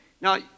Now